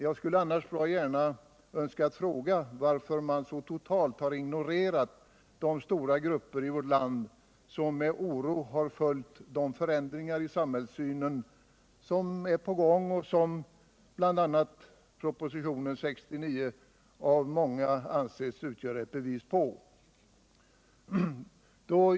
Jag hade annars bra gärna velat fråga justitieministern varför man så totalt har ignorerat de stora grupper i vårt land som med oro har följt de förändringar i samhällssynen som är på gång och som bl.a. propositionen 69 av många anses utgöra ett bevis för.